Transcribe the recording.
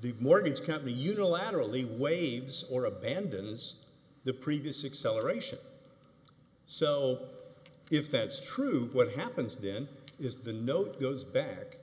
the mornings company unilaterally waves or abandons the previous six celebration so if that's true what happens then is the note goes back